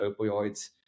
opioids